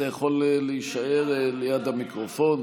אתה יכול להישאר ליד המיקרופון,